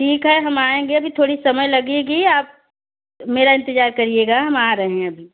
ठीक है हम आएंगे अभी थोड़ी समय लगेगी आप मेरा इंतजार करिएगा हम आ रहे हैं अभी